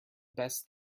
best